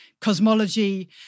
cosmology